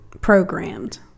programmed